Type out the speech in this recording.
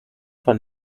von